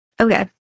Okay